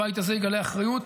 הבית הזה יגלה אחריות,